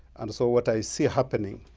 and so what i see happening